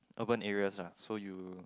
urban areas lah so you